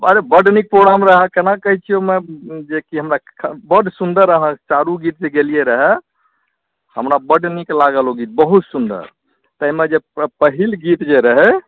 बड बड नीक प्रोग्राम रहै केना कहैत छियै ओहिमे जेकि हमरा बड सुन्दर अहाँ चारू गीत जे गेलियै रऽ हमरा बड नीक लागल ओ गीत बहुत सुन्दर ताहिमे जे पहिल गीत जे रहै